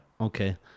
Okay